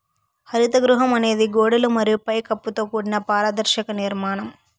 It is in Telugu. హరిత గృహం అనేది గోడలు మరియు పై కప్పుతో కూడిన పారదర్శక నిర్మాణం